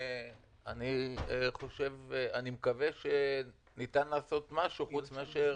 אני מקווה שניתן לעשות משהו, חוץ מאשר